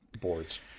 boards